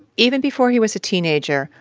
even before he was a teenager,